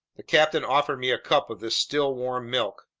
the captain offered me a cup of this still-warm milk.